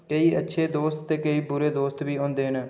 केईं अच्छे दोस्त ते केईं बुरे दोस्त होंदे न